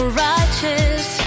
righteous